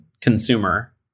consumer